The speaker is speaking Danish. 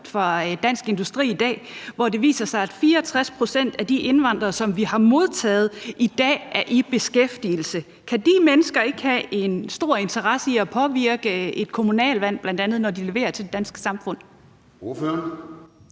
fra Dansk Industri i dag, hvor det viser sig, at 64 pct. af de indvandrere, som vi har modtaget, i dag er i beskæftigelse. Kan de mennesker ikke have en stor interesse i at påvirke bl.a. et kommunalvalg, når de leverer til det danske samfund?